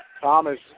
Thomas